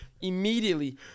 immediately